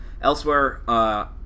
Elsewhere